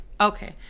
Okay